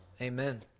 Amen